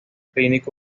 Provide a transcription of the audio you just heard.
clínico